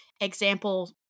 Example